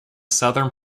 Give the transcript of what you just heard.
southern